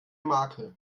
makel